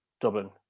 Dublin